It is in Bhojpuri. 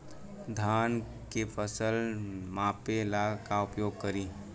धान के फ़सल मापे ला का उपयोग करी?